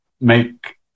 make